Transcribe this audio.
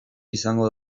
izango